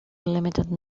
limited